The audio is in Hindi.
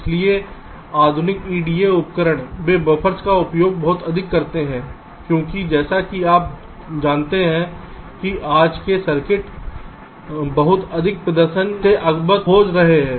इसलिए आधुनिक EDA उपकरण वे बफ़र्स का उपयोग बहुत अधिक करते हैं क्योंकि जैसा कि आप जानते हैं कि आज के सर्किट बहुत अधिक प्रदर्शन से अवगत हो रहे हैं